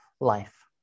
life